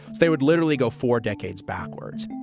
they would literally go for decades backwards